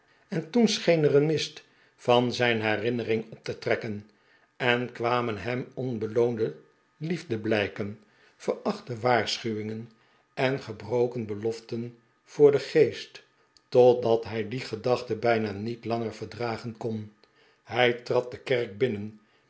en toen scheen er een mist van zijn herinnering op te trekken en kwamen hem onbeloonde liefdeblijken verachte waarschuwingen en gebroken beloften vbor den geest totdat hij die ge dachten bijna niet l'anger verdragen kon hij trad de kerk binnen